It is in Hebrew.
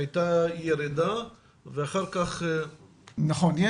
שהייתה ירידה ואחר כך --- נכון,